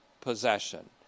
possession